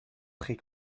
très